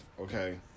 okay